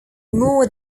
more